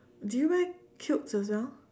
do you wear kilts as well